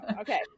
okay